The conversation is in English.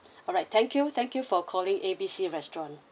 alright thank you thank you for calling A B C restaurant